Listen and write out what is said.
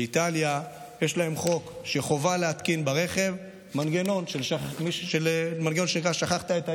באיטליה יש להם חוק שחובה להתקין ברכב מנגנון שנקרא "שכחת את הילד".